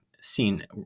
seen